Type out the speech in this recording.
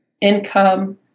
income